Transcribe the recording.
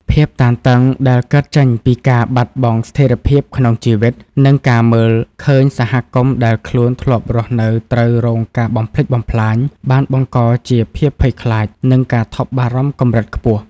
ភាពតានតឹងដែលកើតចេញពីការបាត់បង់ស្ថិរភាពក្នុងជីវិត និងការមើលឃើញសហគមន៍ដែលខ្លួនធ្លាប់រស់នៅត្រូវរងការបំផ្លិចបំផ្លាញ បានបង្កជាភាពភ័យខ្លាច និងការថប់បារម្ភកម្រិតខ្ពស់។